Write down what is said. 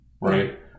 right